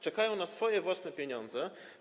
Czekają na swoje własne pieniądze.